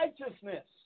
righteousness